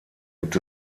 gibt